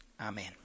Amen